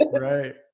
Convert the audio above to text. Right